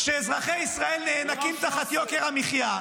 כשאזרחי ישראל נאנקים תחת יוקר המחייה,